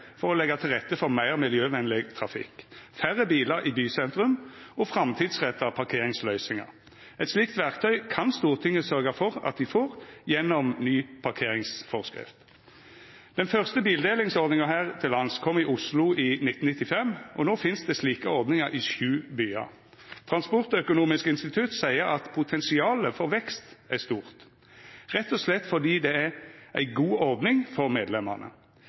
for å leggja til rette for meir miljøvenleg trafikk, færre bilar i bysentrum og framtidsretta parkeringsløysingar. Eit slikt verktøy kan Stortinget sørgja for at dei får gjennom ei ny parkeringsforskrift. Den første bildelingsordninga her til lands kom i Oslo i 1995, og no finst det slike ordningar i sju byar. Transportøkonomisk institutt seier at potensialet for vekst er stort, rett og slett fordi det er ei god ordning for